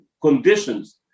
conditions